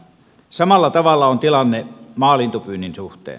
samalla tavalla on tilanne maalinnunpyynnin suhteen